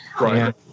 Right